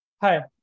Hi